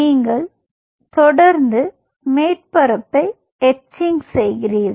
நீங்கள் தொடர்ந்து மேற்பரப்பை எத்சிங் செய்கிறீர்கள்